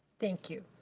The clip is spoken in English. thank you.